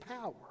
power